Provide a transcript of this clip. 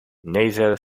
nasal